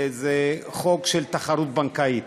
החוק של תחרות בנקאית.